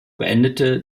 beendete